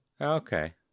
Okay